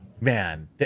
man